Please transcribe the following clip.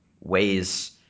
ways